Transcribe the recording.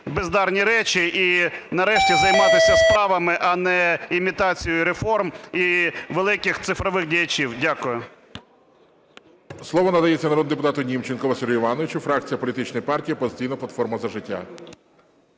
бездарні речі і нарешті займатися справами, а не імітацією реформ і великих цифрових діячів. Дякую.